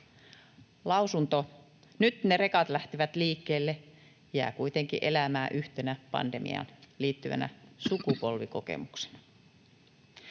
Lausunto ”Nyt ne rekat lähtivät liikkeelle” jää kuitenkin elämään yhtenä pandemiaan liittyvänä sukupolvikokemuksena.